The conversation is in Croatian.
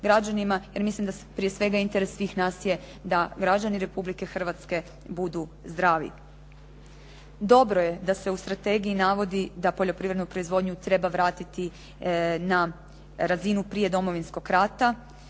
jer mislim da je prije svega interes svih nas je da građani Republike Hrvatske budu zdravi. Dobro je da se u strategiji navodi da poljoprivrednu proizvodnju treba vratiti na razinu prije Domovinskog rata.